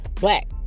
Black